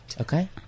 Okay